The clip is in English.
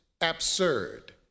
absurd